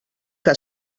que